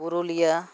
Purulia